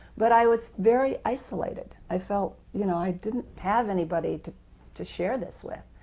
but i was very isolated, i felt you know i didn't have anybody to to share this with.